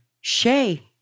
Shay